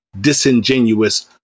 disingenuous